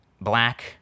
black